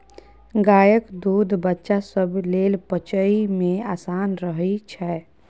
गायक दूध बच्चा सब लेल पचइ मे आसान रहइ छै